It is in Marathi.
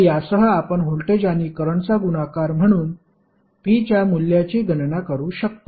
तर यासह आपण व्होल्टेज आणि करंटचा गुणाकार म्हणून P च्या मूल्याची गणना करू शकता